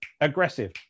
aggressive